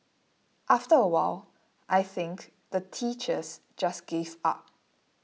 after a while I think the teachers just gave up